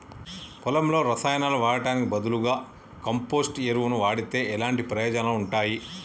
పొలంలో రసాయనాలు వాడటానికి బదులుగా కంపోస్ట్ ఎరువును వాడితే ఎలాంటి ప్రయోజనాలు ఉంటాయి?